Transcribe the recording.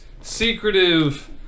secretive